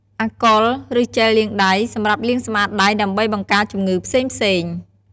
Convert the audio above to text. អាល់កុល ឬជែលលាងដៃ សម្រាប់លាងសម្អាតដៃ ដើម្បីបង្ការជំងឺផ្សេងៗ។